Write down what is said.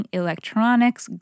electronics